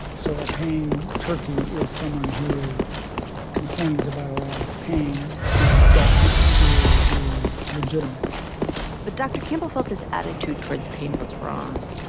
so a pain turkey is someone who complains about a lot of pain. it was thought not to be legitimate but dr. campbell felt this attitude towards pain was wrong.